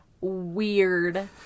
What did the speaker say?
weird